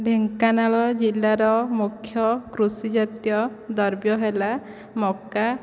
ଢେଙ୍କାନାଳ ଜିଲ୍ଲାର ମୁଖ୍ୟ କୃଷି ଜାତୀୟ ଦ୍ରବ୍ୟ ହେଲା ମକା